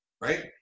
right